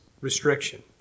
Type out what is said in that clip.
restriction